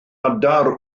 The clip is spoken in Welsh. adar